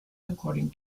according